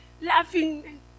Laughing